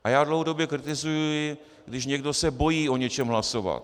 A já dlouhodobě kritizuji, když se někdo bojí o něčem hlasovat.